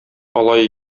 алай